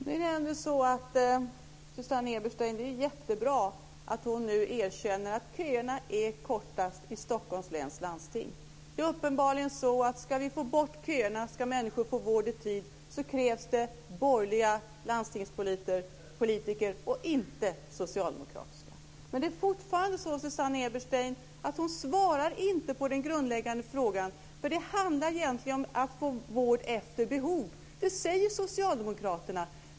Fru talman! Det är jättebra att Susanne Eberstein nu erkänner att köerna är kortast i Stockholms läns landsting. Det är uppenbarligen så att ska vi får bort köerna, ska människor få vård i tid, krävs det borgerliga landstingspolitiker och inte socialdemokratiska. Det är fortfarande så att Susanne Eberstein inte svarar på den grundläggande frågan. Det handlar egentligen om att få vård efter behov. Det säger socialdemokraterna.